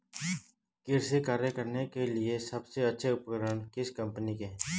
कृषि कार्य करने के लिए सबसे अच्छे उपकरण किस कंपनी के हैं?